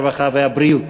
הרווחה והבריאות.